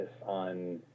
on